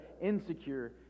insecure